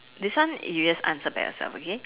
this one you just answer back yourself okay